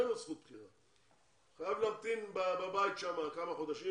אין לו זכות בחירה והוא חייב להמתין בבית כמה חודשים.